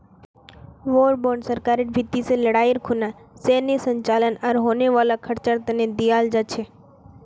war bond सरकारेर भीति से लडाईर खुना सैनेय संचालन आर होने वाला खर्चा तने दियाल जा छे